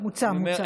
מוצה, מוצה.